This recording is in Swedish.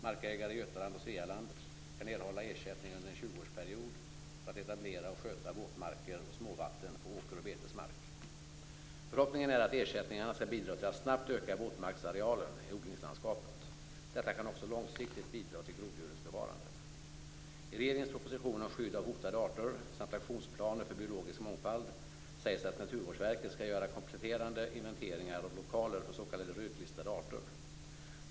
Markägare i Götaland och Svealand kan erhålla ersättning under en 20-årsperiod för att etablera och sköta våtmarker och småvatten på åker och betesmark. Förhoppningen är att ersättningarna skall bidra till att snabbt öka våtmarksarealen i odlingslandskapet. Detta kan också långsiktigt bidra till groddjurens bevarande. I regeringens proposition om skydd av hotade arter samt aktionsplaner för biologisk mångfald sägs att Naturvårdsverket skall göra kompletterande inventeringar av lokaler för s.k. rödlistade arter.